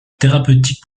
thérapeutique